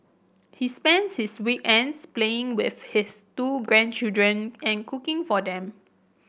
he spends his weekends playing with his two grandchildren and cooking for them